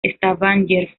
stavanger